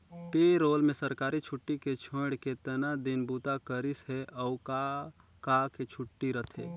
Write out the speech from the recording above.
पे roll में सरकारी छुट्टी के छोएड़ केतना दिन बूता करिस हे, अउ का का के छुट्टी रथे